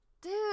dude